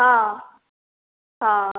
ହଁ ହଁ